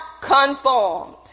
conformed